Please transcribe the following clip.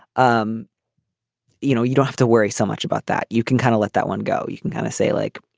um you know, you don't have to worry so much about that. you can kind of let that one go. you can kind of say, like,